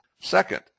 second